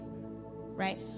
right